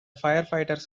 firefighters